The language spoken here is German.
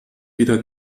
wieder